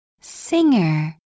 Singer